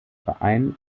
verein